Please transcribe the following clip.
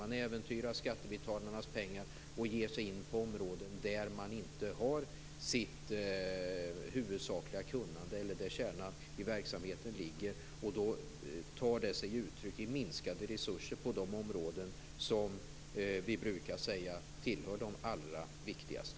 Man äventyrar skattebetalarnas pengar och ger sig in på områden där man inte har sitt huvudsakliga kunnande eller där kärnan i verksamheten ligger, och detta tar sig uttryck i minskade resurser på de områden som vi brukar säga tillhör de allra viktigaste.